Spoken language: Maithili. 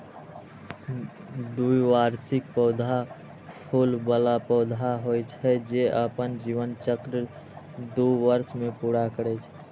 द्विवार्षिक पौधा फूल बला पौधा होइ छै, जे अपन जीवन चक्र दू वर्ष मे पूरा करै छै